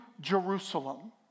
Jerusalem